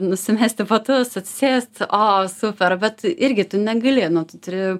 nusimesti batus atsisėst o super bet irgi tu negali nu tu turi